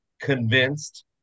convinced